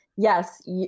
Yes